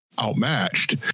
Outmatched